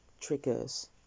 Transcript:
triggers